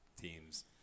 teams